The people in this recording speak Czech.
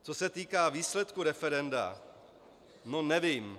Co se týká výsledku referenda, no, nevím.